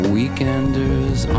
Weekenders